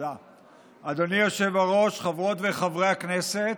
אדוני היושב-ראש, חברות וחברי הכנסת,